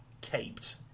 caped